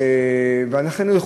ולכן,